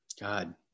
God